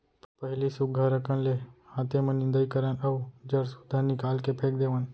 पहिली सुग्घर अकन ले हाते म निंदई करन अउ जर सुद्धा निकाल के फेक देवन